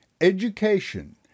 Education